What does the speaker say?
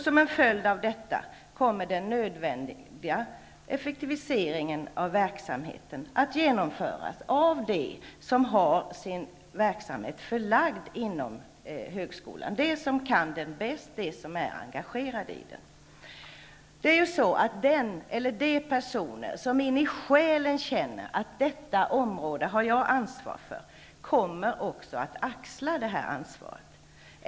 Som en följd av detta kommer den nödvändiga effektiviseringen av verksamheten att genomföras av dem som har sin verksamhet förlagd till högskolan, dvs. av dem som kan verksamheten bäst och som är engagerade i den. Den eller de personer som långt inne i själen känner ansvar för området kommer också att axla ansvaret.